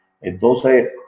Entonces